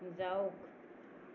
যাওক